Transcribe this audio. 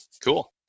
Cool